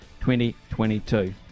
2022